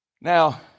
Now